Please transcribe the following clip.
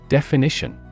Definition